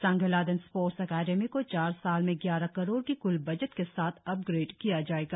सांगे लाहडेन sports अकादमी को चार साल में ग्यारह करोड़ के क्ल बजट के साथ आपग्रेड किया जाएगा